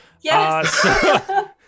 Yes